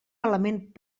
element